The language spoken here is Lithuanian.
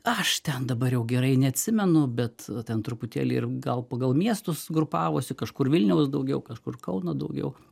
aš ten dabar jau gerai neatsimenu bet ten truputėlį ir gal pagal miestus grupavosi kažkur vilniaus daugiau kažkur kauno daugiau